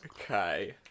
Okay